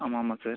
ஆமாம் ஆமாம் சார்